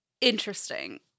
Interesting